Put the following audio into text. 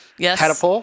yes